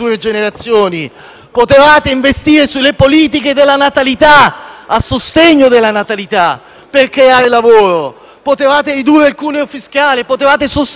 Potevate investire nelle politiche a sostegno della natalità per creare lavoro. Potevate ridurre il cuneo fiscale. Potevate sostenere le imprese.